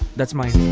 that's mine.